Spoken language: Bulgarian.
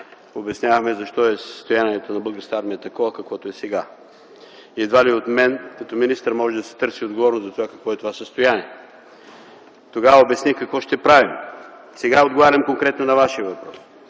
обяснявахме защо състоянието на Българската армия е такова, каквото е сега. Едва ли от мен като министър може да се търси отговорност за това какво е това състояние. Тогава обясних какво ще правим. Сега отговарям конкретно на Вашия въпрос: